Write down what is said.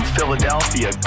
Philadelphia